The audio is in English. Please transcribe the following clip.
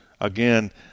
again